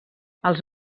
als